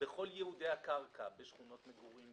בכל ייעודי הקרקע: בשכונות מגורים,